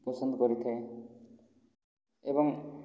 ପସନ୍ଦ କରିଥାଏ ଏବଂ